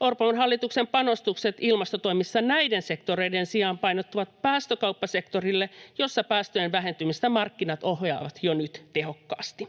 Orpon hallituksen panostukset ilmastotoimissa näiden sektoreiden sijaan painottuvat päästökauppasektorille, jolla päästöjen vähentymistä markkinat ohjaavat jo nyt tehokkaasti.